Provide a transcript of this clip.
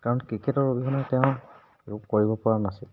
কাৰণ ক্ৰিকেটৰ অবিহনেত তেওঁ কৰিব পৰা নাছিল